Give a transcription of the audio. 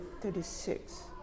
thirty-six